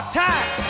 time